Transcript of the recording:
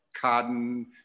cotton